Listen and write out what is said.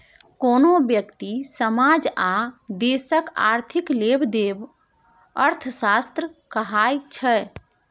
कोनो ब्यक्ति, समाज आ देशक आर्थिक लेबदेब अर्थशास्त्र कहाइ छै